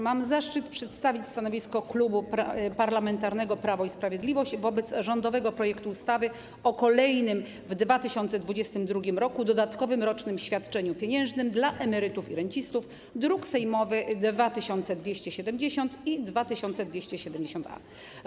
Mam zaszczyt przedstawić stanowisko Klubu Parlamentarnego Prawo i Sprawiedliwość wobec rządowego projektu ustawy o kolejnym w 2022 r. dodatkowym rocznym świadczeniu pieniężnym dla emerytów i rencistów, druki sejmowe nr 2270 i 2270-A.